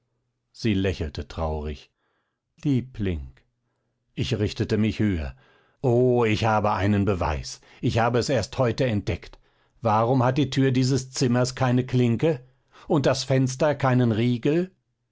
sie lächelte traurig liebling ich richtete mich höher o ich habe einen beweis ich habe es erst heute entdeckt warum hat die tür dieses zimmers keine klinke und das fenster keinen riegel